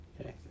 Okay